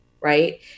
right